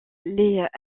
les